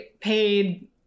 paid